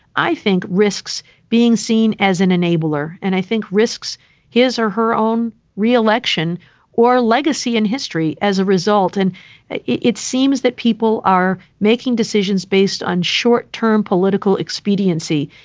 i think risks being seen as an enabler. and i think risks his or her own re-election or legacy in history as a result. and it seems that people are making decisions based on short term political expediency.